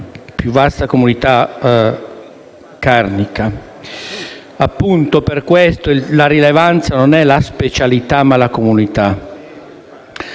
alla più vasta comunità carnica. Appunto per questo la rilevanza non è la specialità, ma la comunità.